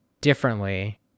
differently